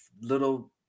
little